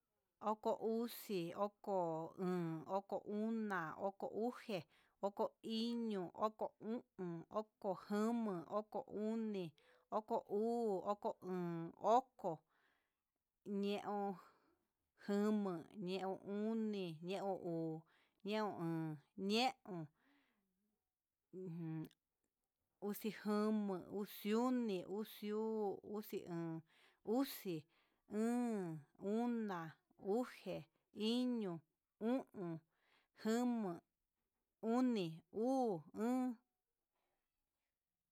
Oko uxí, oko óón, oko uná, oko uxe, oko una, oko iño, oko jaa, oko oni, oko uu, oko o'on, oko ñeon, jama, ñeon uni, ñeon uu, ñeon an, ñeon, o'on, uxí jama, uxí oni, uxí uu, uxí o'on, uxí o'on, una, uje, iño, u'on, iño, jama, uni u'on, o'on.